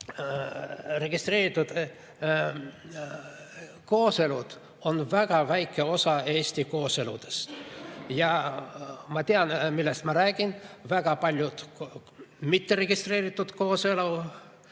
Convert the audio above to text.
Registreeritud kooselud on väga väike osa Eesti kooseludest. Ma tean, millest ma räägin. Väga paljud mitteregistreeritud kooselu